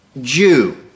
Jew